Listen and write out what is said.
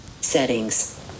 settings